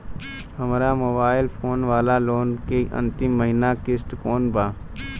हमार mobile phone वाला loan के अंतिम महिना किश्त कौन बा?